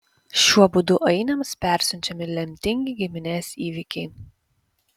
šiuo būdu ainiams persiunčiami lemtingi giminės įvykiai